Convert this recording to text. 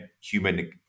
human